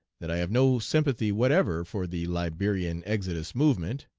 that i have no sympathy whatever for the liberian exodus movement,